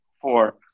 Four